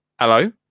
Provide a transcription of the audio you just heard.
Hello